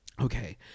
okay